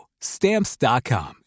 Stamps.com